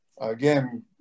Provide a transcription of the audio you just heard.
again